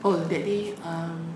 oh that day um